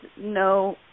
no